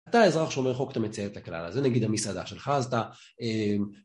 אתה האזרח שהוא לא רחוק אתה מציין את הכלל, אז זה נגיד המסעדה שלך, אז אתה...